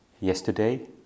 yesterday